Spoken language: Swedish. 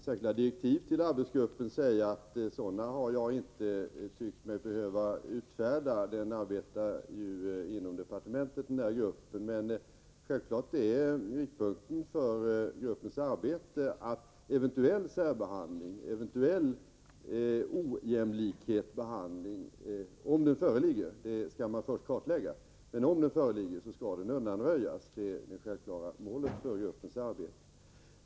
Herr talman! Jag vill börja med att säga att jag inte har tyckt mig behöva utfärda särskilda direktiv till arbetsgruppen — arbetsgruppen arbetar ju inom departementet. Men självfallet är utgångspunkten för gruppens arbete att eventuell särbehandling och eventuell ojämlik behandling om den föreligger — det skall man först kartlägga — skall undanröjas. Det är det självklara målet för gruppens arbete.